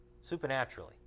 supernaturally